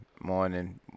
morning